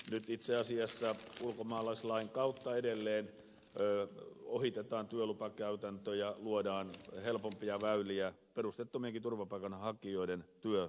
nyt itse asiassa ulkomaalaislain kautta edelleen ohitetaan työlupakäytäntöjä luodaan helpompia väyliä perusteettomienkin turvapaikanhakijoiden työoikeudelle